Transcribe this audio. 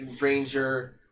ranger